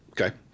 Okay